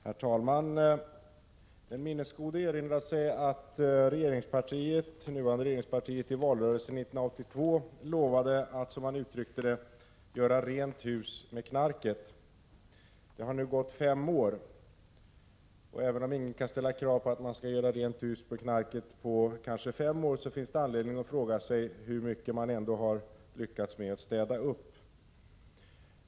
Herr talman! Den minnesgode erinrar sig att det nuvarande regeringspartiet i valrörelsen 1982 lovade att, som man uttryckte det, göra rent hus med narkotika. Det har nu gått fem år. Även om ingen kan ställa krav på att någon skall göra rent hus med knarket på fem år, finns det anledning att fråga sig hur mycket man ändå lyckats med att städa upp.